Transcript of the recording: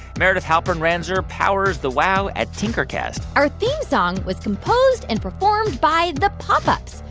meredith halpern-ranzer powers the wow at tinkercast our theme song was composed and performed by the pop ups.